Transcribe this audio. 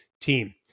team